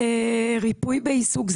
ריפוי בעיסוק,